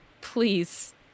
Please